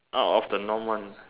out of the norm one